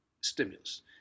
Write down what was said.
stimulus